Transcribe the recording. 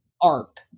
arc